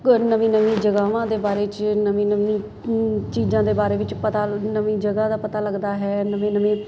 ਹੋਰ ਨਵੀਆਂ ਨਵੀਆਂ ਜਗ੍ਹਾਵਾਂ ਦੇ ਬਾਰੇ 'ਚ ਨਵੀਆਂ ਨਵੀਆਂ ਚੀਜ਼ਾਂ ਦੇ ਬਾਰੇ ਵਿੱਚ ਪਤਾ ਨਵੀਂ ਜਗ੍ਹਾ ਦਾ ਪਤਾ ਲੱਗਦਾ ਹੈ ਨਵੇਂ ਨਵੇਂ